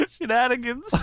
shenanigans